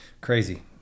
crazy